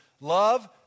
Love